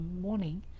morning